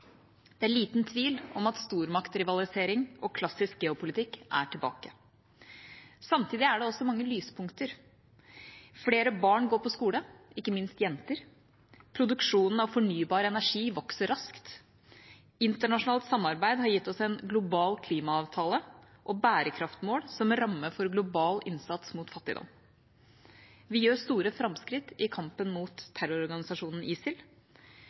Det er liten tvil om at stormaktrivalisering og klassisk geopolitikk er tilbake. Samtidig er det også mange lyspunkter. Flere barn går på skole, ikke minst jenter. Produksjonen av fornybar energi vokser raskt. Internasjonalt samarbeid har gitt oss en global klimaavtale og bærekraftsmål som ramme for global innsats mot fattigdom. Vi gjør store framskritt i kampen mot terrororganisasjonen ISIL.